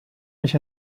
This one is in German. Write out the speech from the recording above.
mich